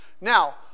Now